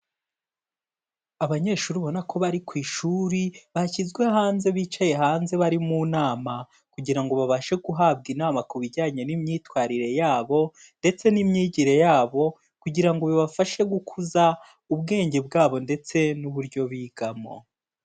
Abanyeshuri ubona ko bari ku ishuri bashyizwe hanze bicaye hanze bari mu nama kugira ngo babashe guhabwa inama ku bijyanye n'imyitwarire yabo ndetse n'imyigire yabo kugira ngo bibafashe gukuza ubwenge bwabo ndetse n'uburyo bigamo.